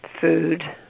Food